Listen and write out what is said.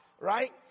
right